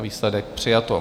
Výsledek: přijato.